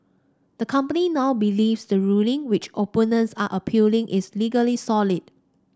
the company now believes the ruling which opponents are appealing is legally solid